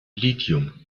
lithium